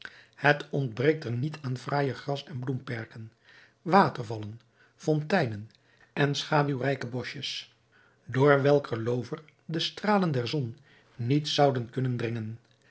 het ontbreekt er niet aan fraaije gras en bloemperken watervallen fonteinen en schaduwrijke boschjes door welker loover de stralen der zon niet zouden kunnen dringen